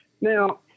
now